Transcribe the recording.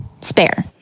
spare